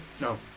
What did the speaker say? No